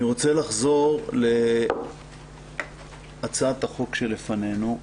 אני רוצה לחזור להצעת החוק שלפנינו.